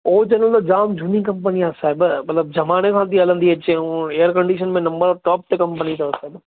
ओ general त जाम झूनी कंपनी आहे साहिबु मतिलबु जमाने खां थी हलंदी अचे ऐं ऐयर कंडीशन में नंबर टॉप ते कंपनी अथव अॼु